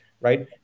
right